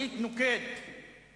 לכן כשיש משבר,